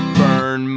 burn